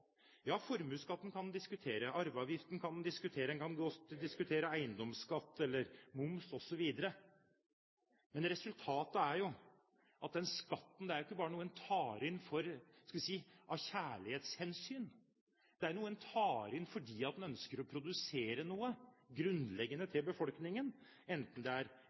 Ja, formuesskatten kan en diskutere. Arveavgiften kan en diskutere. En kan også diskutere eiendomsskatt eller moms, osv. Men resultatet er jo at den skatten er ikke bare noe en tar inn – skal vi si – av kjærlighetshensyn. Det er noe en tar inn fordi en ønsker å produsere noe grunnleggende for befolkningen, enten det er